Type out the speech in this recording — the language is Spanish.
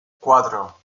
cuatro